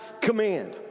command